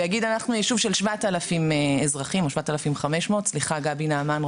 ויגיד: אנחנו ישוב של 7,000 אזרחים או 7,500 סליחה גבי נעמן,